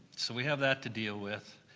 so we have that to deal with.